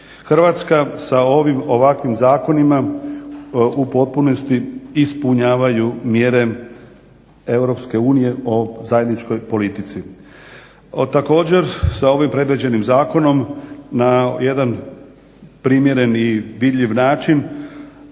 Hrvatska sa ovim ovakvim zakonima u potpunosti ispunjavaju mjere EU o zajedničkoj politici. Također, sa ovim predviđenim zakonom na jedan primjeren i vidljiv način